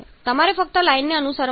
તમારે ફક્ત લાઇનને અનુસરવાની જરૂર છે